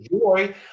joy